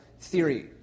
theory